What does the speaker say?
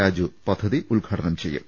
രാജു പദ്ധതി ഉദ്ഘാടനം ചെയ്യും